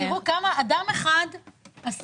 אז תראו כמה אדם אחד עשה.